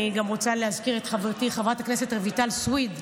אני גם רוצה להזכיר את חברתי חברת הכנסת רויטל סויד,